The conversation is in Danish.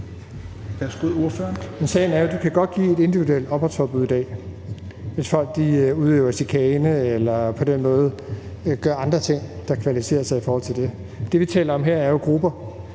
Jeppe Bruus (S): Men sagen er jo, at du godt kan give et individuelt opholdsforbud i dag, hvis folk udøver chikane eller gør andre ting, der kvalificerer til det. Det, vi taler om her, er jo grupper